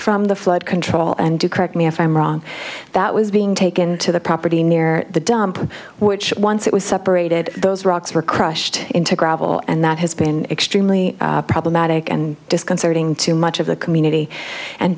from the flood control and do correct me if i'm wrong that was being taken to the property near the dump which once it was separated those rocks were crushed into gravel and that has been extremely problematic and disconcerting to much of the community and